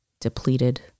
depleted